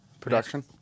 Production